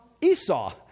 Esau